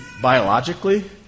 biologically